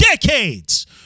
decades